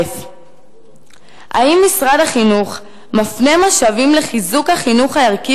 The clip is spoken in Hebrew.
1. האם משרד החינוך מפנה משאבים לחיזוק החינוך הערכי